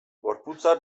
gorputza